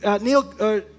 Neil